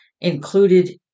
included